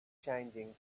changing